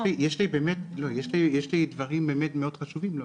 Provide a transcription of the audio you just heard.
יש לי דברים מאוד חשובים לומר.